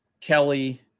Kelly